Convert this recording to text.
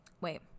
wait